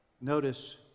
Notice